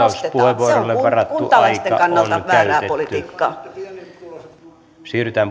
on kuntalaisten kannalta väärää politiikkaa siirrytään